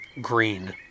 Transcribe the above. green